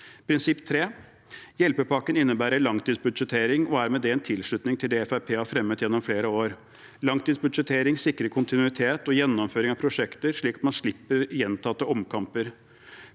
Prinsipp tre: Hjelpepakken innebærer langtidsbudsjettering og er med det en tilslutning til det Fremskrittspartiet har fremmet gjennom flere år. Langtidsbudsjettering sikrer kontinuitet og gjennomføring av prosjekter, slik at man slipper gjentatte omkamper.